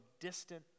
distant